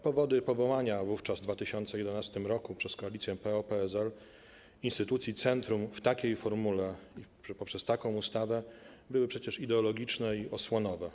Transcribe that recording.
Powody powołania wówczas, w 2011 r., przez koalicję PO-PSL instytucji centrum w takiej formule i poprzez taką ustawę były przecież ideologiczne i osłonowe.